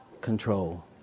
control